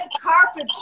carpet